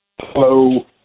hello